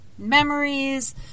memories